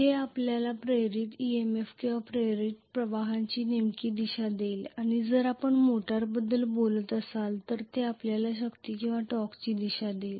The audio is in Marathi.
जे आपल्याला प्रेरित EMF किंवा प्रेरित प्रवाहाची नेमकी दिशा देईल आणि जर आपण मोटरबद्दल बोलत असाल तर ते आपल्याला शक्ती किंवा टॉर्कची दिशा देखील देईल